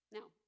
Now